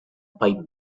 pipe